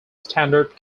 standard